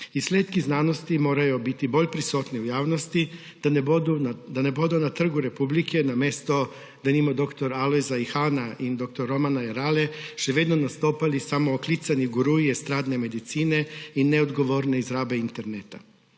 Izsledki znanosti morajo biti bolj prisotni v javnosti, da ne bodo na Trgu republike namesto, denimo, dr. Alojza Ihana in dr. Romana Jerale, še vedno nastopali samooklicani guruji estradne medicine in neodgovorne rabe interneta.